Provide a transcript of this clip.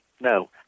no